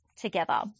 together